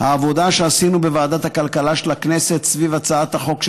העבודה שעשינו בוועדת הכלכלה של הכנסת סביב הצעת החוק,